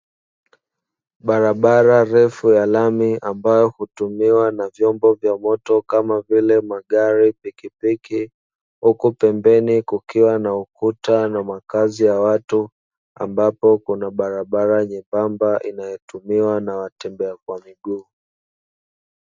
Barabara refu ya lami ambayo hutumiwa na vyombo vya moto kama vile magari, pikipiki. Huku pembeni kukiwa na ukuta na makazi ya watu ambapo kuna barabara nyembamba inayotumiwa na watembea kwa miguu.